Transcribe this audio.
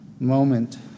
moment